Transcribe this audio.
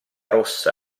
rossa